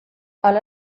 hala